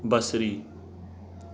बसरी